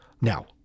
Now